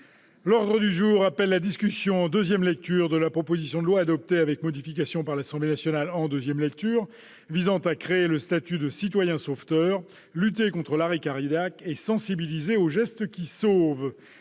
demande du groupe La République En Marche, de la proposition de loi, adoptée avec modifications par l'Assemblée nationale en deuxième lecture, visant à créer le statut de citoyen sauveteur, lutter contre l'arrêt cardiaque et sensibiliser aux gestes qui sauvent